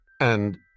And